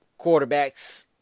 quarterbacks